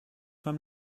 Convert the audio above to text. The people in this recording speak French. femme